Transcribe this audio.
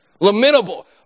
Lamentable